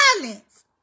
violence